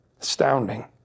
Astounding